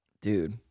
dude